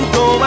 go